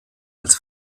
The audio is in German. als